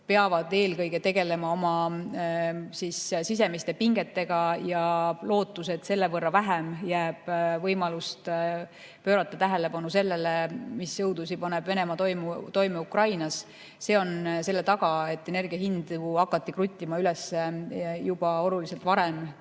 peavad eelkõige tegelema oma sisemiste pingetega. Loodetakse, et selle võrra vähem jääb võimalust pöörata tähelepanu sellele, mis õuduseid paneb Venemaa toime Ukrainas. See soov on selle taga, et energiahindu hakati üles kruttima juba oluliselt varem,